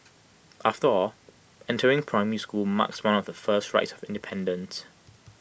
after all entering primary school marks one of the first rites of independence